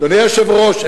אדוני היושב-ראש,